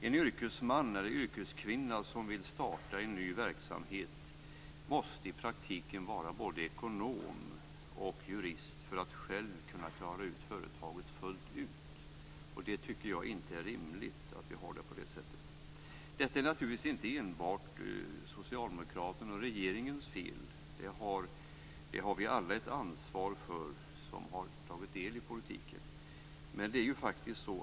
En yrkesman eller yrkeskvinna som vill starta en ny verksamhet måste i praktiken vara både ekonom och jurist för att själv kunna klara att sköta företaget, och det tycker inte jag är rimligt. Detta är naturligtvis inte enbart socialdemokraternas och regeringens fel. Vi som har tagit del i politiken har alla ett ansvar här.